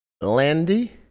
Landy